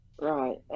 Right